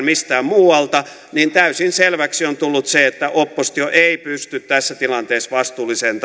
mistään muualta niin täysin selväksi on tullut se että oppositio ei pysty tässä tilanteessa vastuulliseen